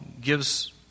gives